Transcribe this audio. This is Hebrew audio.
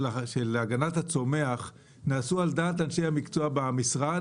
הגנת הצומח נעשו על דעת אנשי המקצוע במשרד?